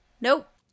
nope